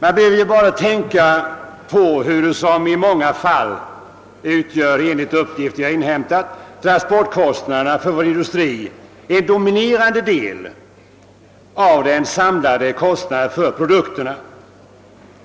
Vi behöver bara tänka på att — detta visar uppgifter som jag inhämtat — transportkostnaderna för industrin i många fall är en dominerande del av den samlade kostnaden för produkterna.